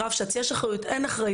רבש"ץ, יש אחריות, אין אחריות?